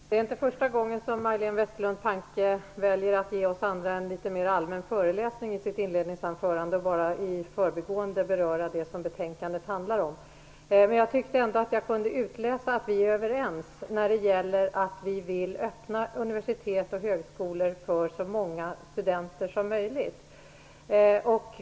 Herr talman! Det är inte första gången som Majléne Westerlund Panke väljer att ge oss andra en litet mer allmän föreläsning i sitt inledningsanförande och bara i förbigående beröra det som betänkandet handlar om. Jag tyckte ändå att jag kunde utläsa att vi är överens när det gäller att vi vill öppna universitet och högskolor för så många studenter som möjligt.